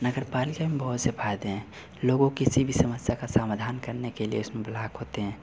नगर पालिका में बहुत से फ़ायदे हैं लोगों किसी भी समस्या का समाधान करने के लिए उसमें ब्लाक होते हैं